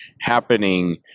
happening